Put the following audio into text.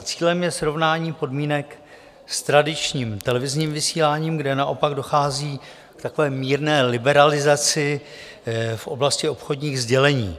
Cílem je srovnání podmínek s tradičním televizním vysíláním, kde naopak dochází k mírné liberalizaci v oblasti obchodních sdělení.